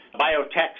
biotech